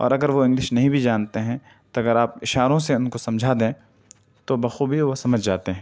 اور اگر وہ انگلش نہیں بھی جانتے ہیں تو اگر آپ اشاروں سے ان کو سمجھا دیں تو بخوبی وہ سمجھ جاتے ہیں